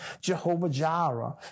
Jehovah-Jireh